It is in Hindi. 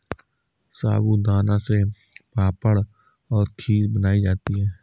साबूदाना से पापड़ और खीर बनाई जाती है